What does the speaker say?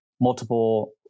multiple